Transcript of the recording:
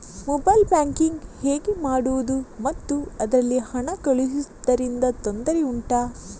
mobile banking ಹೇಗೆ ಮಾಡುವುದು ಮತ್ತು ಅದರಲ್ಲಿ ಹಣ ಕಳುಹಿಸೂದರಿಂದ ತೊಂದರೆ ಉಂಟಾ